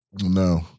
No